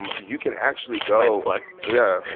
um you can actually go. nice plug yeah.